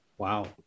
Wow